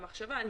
חגור.